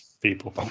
people